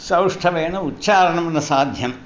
सौष्ठवेन उच्चारणं न साध्यम्